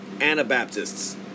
Anabaptists